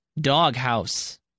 doghouse